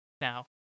now